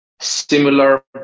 similar